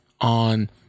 on